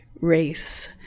race